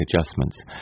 adjustments